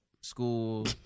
School